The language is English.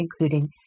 including